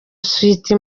sweety